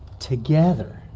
together.